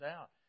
out